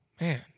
Man